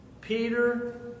Peter